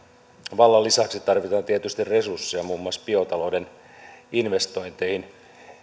vallan lisäksi tarvitaan tietysti resursseja muun muassa biotalouden investointeihin